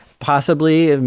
possibly, and